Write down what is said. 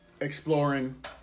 exploring